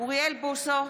אוריאל בוסו,